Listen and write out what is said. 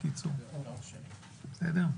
בסדר.